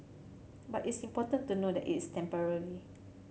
but it's important to know that it's temporary